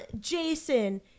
Jason